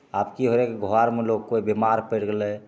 आब कि होइ रहै कि घरमे लोक कोइ बेमार पड़ि गेलै